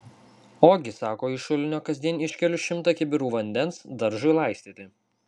ogi sako iš šulinio kasdien iškeliu šimtą kibirų vandens daržui laistyti